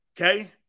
Okay